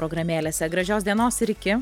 programėlėse gražios dienos ir iki